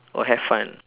or have fun